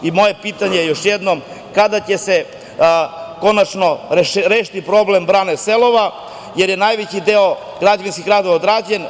Još jednom, moje pitanje je kada će se konačno rešiti problem brane „Selova“, jer je najveći deo građevinskih radova odrađen.